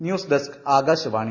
news desk Akashvani